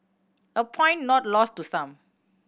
a point not lost to some